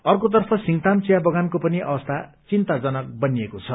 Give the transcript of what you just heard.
अर्कोतर्फ सिंगताम चिया बगानको पनि अवस्था चिन्ताजनक बनिएको छ